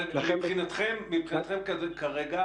אבל מבחינתכם כרגע,